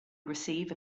receive